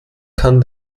kann